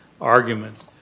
argument